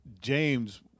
James